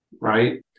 right